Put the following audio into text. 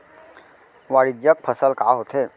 वाणिज्यिक फसल का होथे?